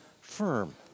firm